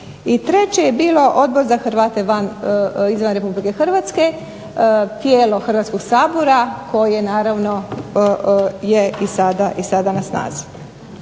treće je bilo Odbor za Hrvate izvan RH tijelo Hrvatskog sabora koje naravno je i sada na snazi.